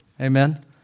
Amen